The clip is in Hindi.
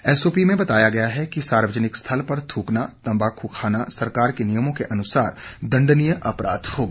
एसओपी में बताया गया है कि सार्वजनिक स्थल पर थूकना तंबाकू खाना सरकार के नियमों के अनुसार दंडनीय अपराध होगा